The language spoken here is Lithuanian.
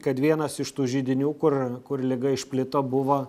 kad vienas iš tų židinių kur kur liga išplito buvo